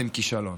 אתם כישלון.